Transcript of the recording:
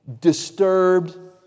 disturbed